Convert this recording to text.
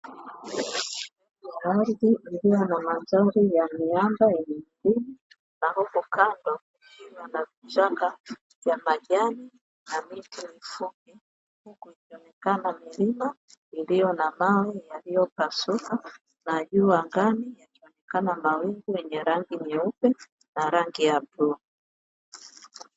Ardhi iliyo na maadhari ya miamba yenye milima na huku kando kukiwa na vichaka vya majani na miti mifupi, huku ikionekana milima iliyo na mawe yaliyopasuka na juu angani yakionekana mawingu yenye rangi nyeupe na rangi ya bluu.